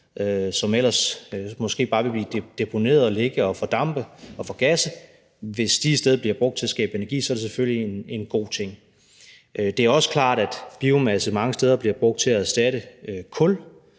måske ellers bare ville blive deponeret og ligge og fordampe og forgasse. Hvis de i stedet bliver brugt til at skabe energi, er det selvfølgelig en god ting. Det er også klart, at biomasse mange steder bliver brugt til at erstatte kul,